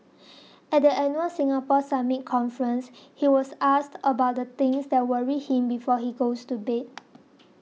at the annual Singapore Summit conference he was asked about the things that worry him before he goes to bed